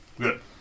Good